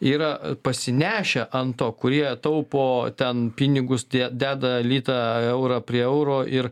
yra pasinešę ant to kurie taupo ten pinigus tie deda litą eurą prie euro ir